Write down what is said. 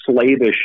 slavish